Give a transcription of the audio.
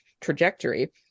trajectory